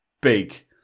big